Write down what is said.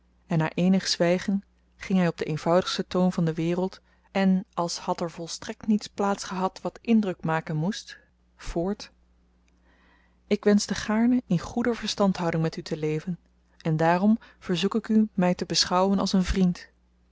en na eenig zwygen ging hy op de eenvoudigsten toon van de wereld en als had er volstrekt niets dat indruk maken moest voort ik wenschte gaarne in goede verstandhouding met u te leven en daarom verzoek ik u my te beschouwen als een vriend